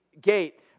gate